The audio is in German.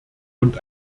und